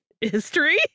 history